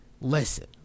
listen